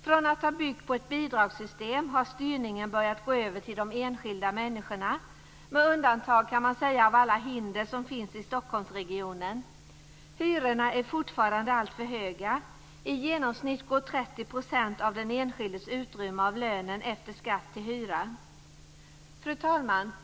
Från att ha byggt på ett bidragssystem har styrningen börjat gå över till de enskilda människorna, med undantag av alla hinder som finns i Stockholmsregionen. Hyrorna är fortfarande alltför höga. I genomsnitt går 30 % av den enskildes utrymme av lönen efter skatt till hyra. Fru talman!